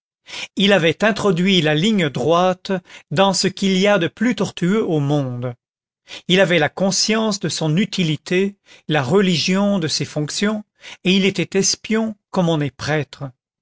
il avait introduit la ligne droite dans ce qu'il y a de plus tortueux au monde il avait la conscience de son utilité la religion de ses fonctions et il était espion comme on est prêtre